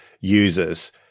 users